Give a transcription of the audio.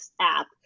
app